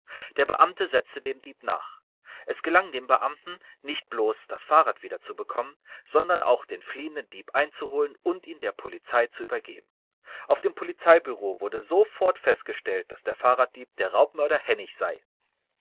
der beamte setzte dem dieb nach es gelang dem beamten nicht bloß das fahrrad wieder zu bekommen sondern auch den fliehenden dieb einzuholen und ihn der polizei zu übergeben auf dem polizeibureau wurde sofort festgestellt daß der fahrraddieb der raubmörder hennig sei